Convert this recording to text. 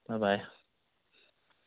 bye bye